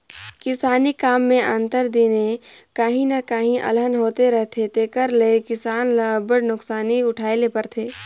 किसानी काम में आंतर दिने काहीं न काहीं अलहन होते रहथे तेकर ले किसान ल अब्बड़ नोसकानी उठाए ले परथे